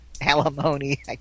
alimony